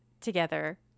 together